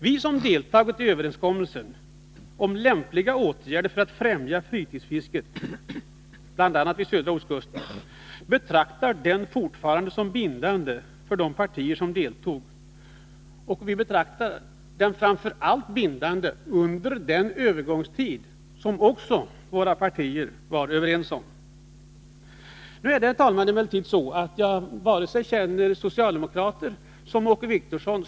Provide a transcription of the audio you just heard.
Vi som har deltagit i överenskommelsen om lämpliga åtgärder för att främja fritidsfisket, bl.a. på södra ostkusten, betraktar fortfarande denna som bindande för de partier som deltog i den — och framför allt under den övergångstid som våra partier också var överens om. Herr talman! Jag känner emellertid inte Åke Wictorsson eller andra socialdemokrater som ohederliga.